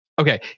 okay